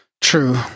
True